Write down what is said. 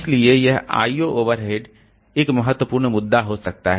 इसलिए यह I O overhead एक महत्वपूर्ण मुद्दा हो सकता है